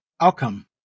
outcome